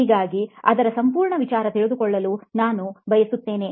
ಹಾಗಾಗಿ ಅದರ ಸಂಪೂರ್ಣ ವಿಚಾರ ತಿಳಿದುಕೊಳ್ಳಲು ನಾನು ಬಯಸುತ್ತೇನೆ